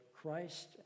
Christ